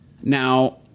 Now